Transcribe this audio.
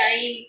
time